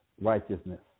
righteousness